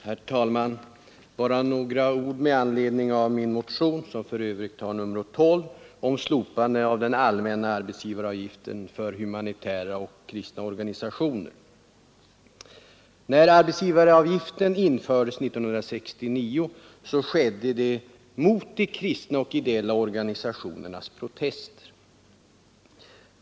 Herr talman! Jag skall bara säga några ord med anledning av min motion nr 12 om slopande av allmän arbetsgivaravgift för humanitära och kristna organisationer. När arbetsgivaravgiften infördes 1969 skedde det, beträffande de kristna och ideella organisationerna, mot dessas protester.